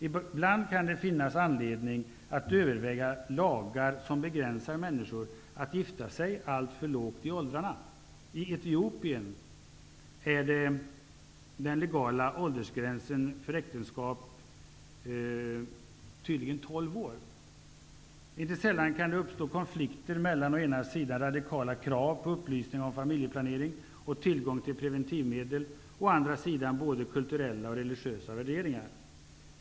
Ibland kan det finnas anledning att överväga lagar som hindrar människor att gifta sig vid alltför låg ålder. I Etiopien är den legala åldersgränsen för äktenskap tydligen 12 år. Inte sällan kan det uppstå konflikter mellan å ena sidan radikala krav på upplysning om familjeplanering och tillgång till preventivmedel och å andra sidan både kulturella och religiösa värderingar.